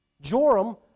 Joram